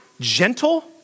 gentle